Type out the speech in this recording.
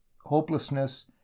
hopelessness